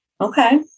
Okay